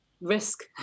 risk